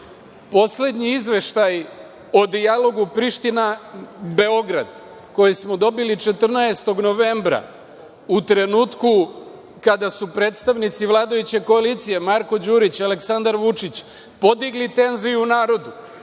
Skupštine. Poslednji izveštaj o dijalogu Priština-Beograd, koji smo dobili 14. novembra u trenutku kada su predstavnici vladajuće koalicije Marko Đurić i Aleksandar Vučić podigli tenziju narodu,